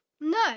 No